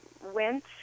went